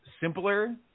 simpler